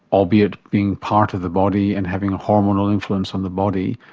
albeit being part of the body and having a hormonal influence on the body,